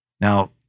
Now